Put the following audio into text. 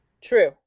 True